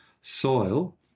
soil